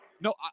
no